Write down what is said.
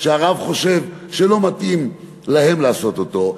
שהרב חושב שלא מתאים להם לעשות אותו,